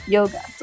Yoga